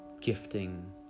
gifting